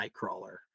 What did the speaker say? Nightcrawler